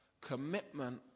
commitment